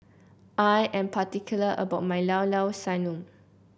I am particular about my Llao Llao Sanum